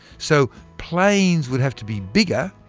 so planes would have to be bigger,